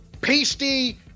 pasty